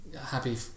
happy